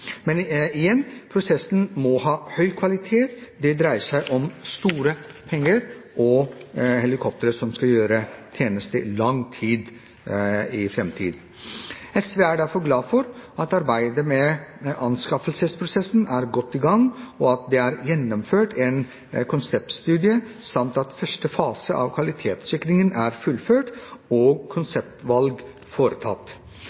Men igjen, prosessen må ha høy kvalitet. Det dreier seg om store penger, og helikoptre som skal gjøre tjeneste lang tid framover. SV er derfor glad for at arbeidet med anskaffelsesprosessen er godt i gang, at det er gjennomført en konseptstudie samt at første fase av kvalitetssikringen er fullført og